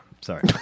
Sorry